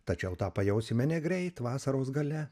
tačiau tą pajausime negreit vasaros gale